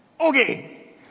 Okay